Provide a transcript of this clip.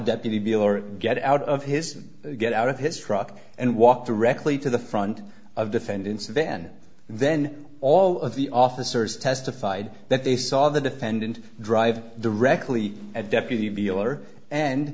deputy beeler get out of his get out of his truck and walk directly to the front of defendants then then all of the officers testified that they saw the defendant drive directly at deputy beeler and